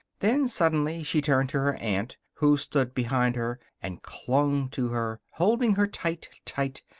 then, suddenly, she turned to her aunt, who stood behind her, and clung to her, holding her tight, tight.